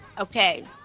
Okay